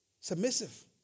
submissive